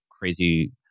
crazy